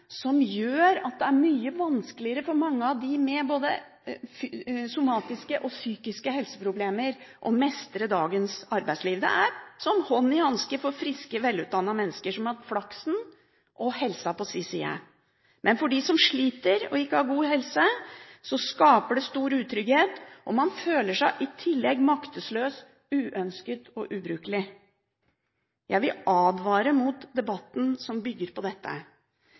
som gjør at det er mye vanskeligere for mange av dem med somatiske eller psykiske helseproblemer å mestre dagens arbeidsliv. Det er som hånd i hanske for friske, velutdannede mennesker som har hatt flaksen og helsa på sin side, men for dem som sliter og ikke har god helse, skaper det stor utrygghet, og man føler seg i tillegg maktesløs, uønsket og ubrukelig. Jeg vil advare mot debatten som bygger på dette.